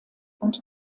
und